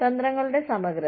തന്ത്രങ്ങളുടെ സമഗ്രത